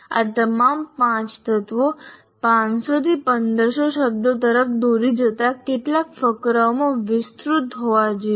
આ તમામ 5 તત્વો 500 થી 1500 શબ્દો તરફ દોરી જતા કેટલાક ફકરાઓમાં વિસ્તૃત હોવા જોઈએ